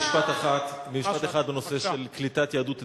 משפט אחד בנושא קליטת יהדות אתיופיה: